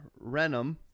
Renum